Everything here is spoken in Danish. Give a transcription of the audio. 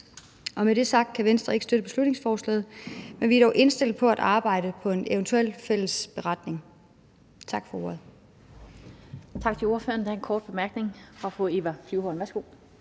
Med det sagt kan Venstre ikke støtte beslutningsforslaget, men vi er dog indstillet på at arbejde på en eventuel fælles beretning. Tak for ordet.